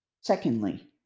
Secondly